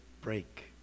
break